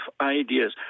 ideas